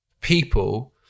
people